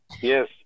yes